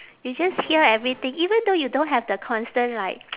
you just hear everything even though you don't have the constant like